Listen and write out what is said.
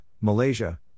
Malaysia